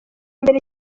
mbere